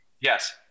yes